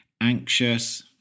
anxious